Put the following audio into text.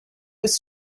was